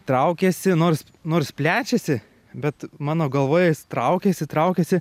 traukiasi nors nors plečiasi bet mano galvoj jis traukiasi traukiasi